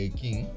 king